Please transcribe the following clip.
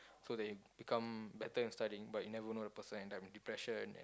so that he become better at studying but you never know the person end up with depression